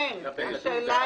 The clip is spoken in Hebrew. אין נמנעים,